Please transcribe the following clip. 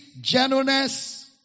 gentleness